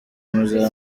muzaba